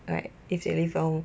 like 一姐一风